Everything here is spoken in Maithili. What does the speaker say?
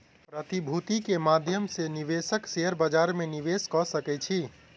प्रतिभूति के माध्यम सॅ निवेशक शेयर बजार में निवेश कअ सकै छै